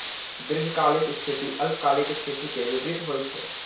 दीर्घकालिक स्थिति अल्पकालिक स्थिति के विपरीत होइ छै